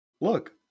Look